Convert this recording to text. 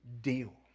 deal